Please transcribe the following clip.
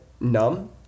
numb